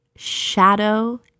Shadow